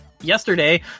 yesterday